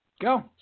Go